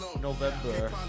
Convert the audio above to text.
November